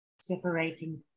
separating